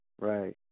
right